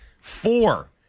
Four